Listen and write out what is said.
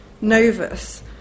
Novus